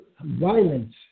violence